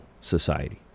society